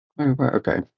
Okay